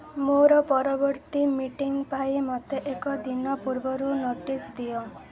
ମୋର ପରବର୍ତ୍ତୀ ମିଟିଂ ପାଇଁ ମୋତେ ଏକ ଦିନ ପୂର୍ବରୁ ନୋଟିସ୍ ଦିଅ